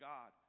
God